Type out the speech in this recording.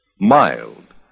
Mild